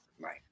Right